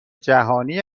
جهانی